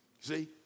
see